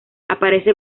aparece